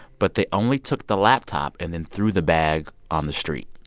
but they only took the laptop and then threw the bag on the street.